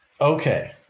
Okay